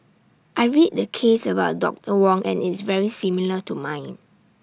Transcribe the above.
I read the case about doctor Wong and it's very similar to mine